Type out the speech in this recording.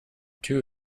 two